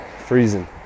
freezing